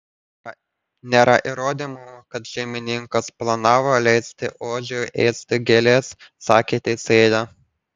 nėra įrodymų kad šeimininkas planavo leisti ožiui ėsti gėles sakė teisėja